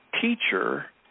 teacher